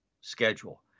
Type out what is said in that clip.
schedule